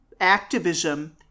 activism